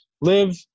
live